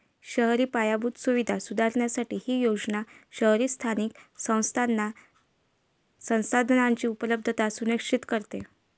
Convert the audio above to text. शहरी पायाभूत सुविधा सुधारण्यासाठी ही योजना शहरी स्थानिक संस्थांना संसाधनांची उपलब्धता सुनिश्चित करते